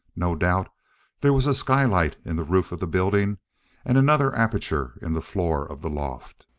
no doubt there was a skylight in the roof of the building and another aperture in the floor of the loft.